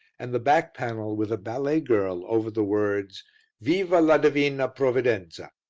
and the back panel with a ballet girl over the words viva la divina provvidenza.